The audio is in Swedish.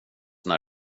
när